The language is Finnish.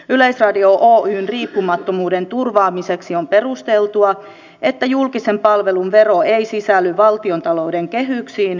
yleisradio oyn riippumattomuuden turvaamiseksi on perusteltua että julkisen palvelun vero ei sisälly valtiontalouden kehyksiin